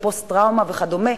בפוסט-טראומה וכדומה,